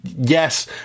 yes